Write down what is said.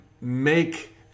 make